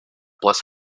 bless